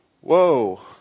whoa